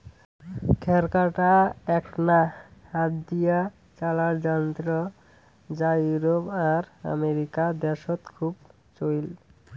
খ্যার কাটা এ্যাকনা হাত দিয়া চালার যন্ত্র যা ইউরোপ আর আমেরিকা দ্যাশত খুব চইল